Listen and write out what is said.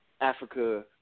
Africa